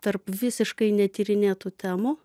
tarp visiškai netyrinėtų temų